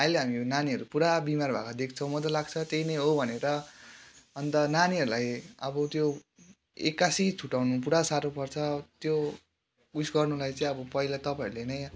अहिले हामीहरू नानीहरू पुरा बिमार भएको देख्छौँ म त लाग्छ त्यही नै हो भनेर अन्त नानीहरूलाई अब त्यो एक्कासी छुट्टाउनु पुरा साह्रो पर्छ त्यो उइस गर्नुलाई चाहिँ अब पहिला तपाईँहरूले नै